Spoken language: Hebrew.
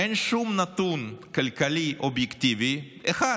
אין שום נתון כלכלי אובייקטיבי אחד,